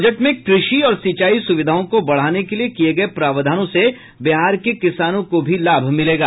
budget में कृषि और सिंचाई सुविधाओं को बढ़ाने के लिये किये गये प्रावधानों से बिहार के किसानों को भी लाभ मिलेगा